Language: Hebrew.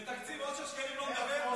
בתקציב אושר שקלים לא מדבר?